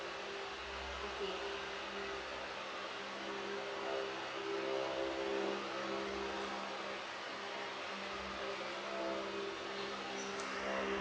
okay